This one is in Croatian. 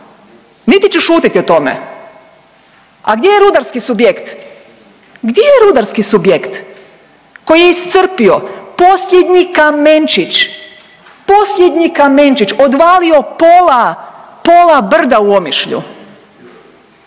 niti ću šutjeti o tome. A gdje je rudarski subjekt, gdje je rudarski subjekt koji je iscrpio posljednji kamenčić, posljednji kamenčić, odvalio pola, pola brda u Omišlju?